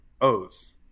O's